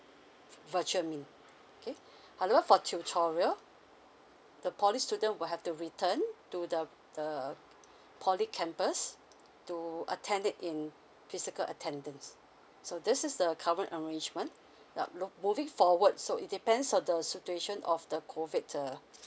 virtual mean okay however for tutorial the poly student will have to return to the the poly campus to attend it in physical attendance so this is the current arrangement now lo~ moving forward so it depends on the situation of the COVID err